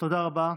תודה רבה.